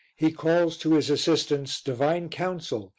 he calls to his assistance divine counsel,